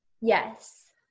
Yes